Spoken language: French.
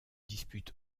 dispute